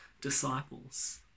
disciples